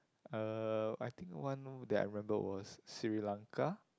uh I think one that I remembered was Sri-Lanka